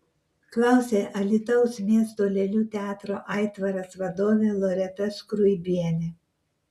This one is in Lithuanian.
klausia alytaus miesto lėlių teatro aitvaras vadovė loreta skruibienė